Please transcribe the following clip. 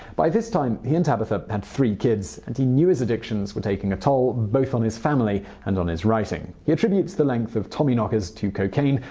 by this time, he and tabitha had three kids and he knew his addictions were taking a toll both on his family and his writing. he attributes the length of tommyknockers to cocaine,